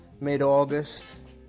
mid-August